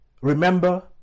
remember